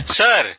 sir